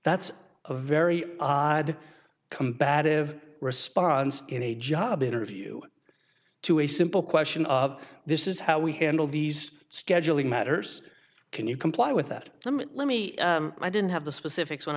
that's a very odd combative response in a job interview to a simple question of this is how we handle these scheduling matters can you comply with that let me i didn't have the specifics when